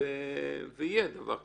אם יהיה דבר כזה.